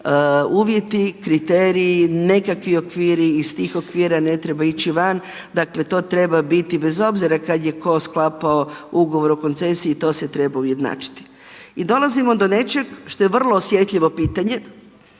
uvjeti, kriteriji, nekakvi okviri. Iz tih okvira ne treba ići van. Dakle, to treba biti bez obzira kad je tko sklapao ugovor o koncesiji to se treba ujednačiti. I dolazimo do nečeg što je vrlo osjetljivo pitanje,